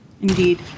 Indeed